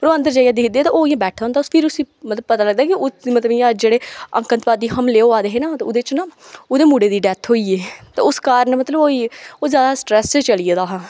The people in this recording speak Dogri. ओह् अंदर जाइयै दिखदे ते ओह् इ'यां बैठा दा होंदा फिर उसी मतलब पता लगदा कि मतलब ओह् जेह्ड़े आंतकबादी हमले होआ दे हे ना ते ओह्दे च न ओह्दे मुड़े दी डैथ होई गेई ते उस कारण मतलब ओह् ज्यादा स्ट्रैस च चली गेदा हा